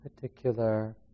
particular